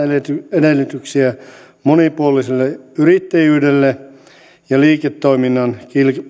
edellytyksiä monipuoliselle yrittäjyydelle ja liiketoiminnan